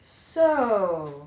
so